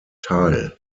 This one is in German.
teil